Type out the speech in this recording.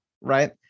Right